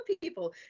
people